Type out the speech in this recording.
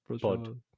pod